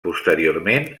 posteriorment